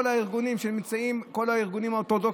כל הארגונים האורתודוקסיים,